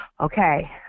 okay